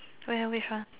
where which one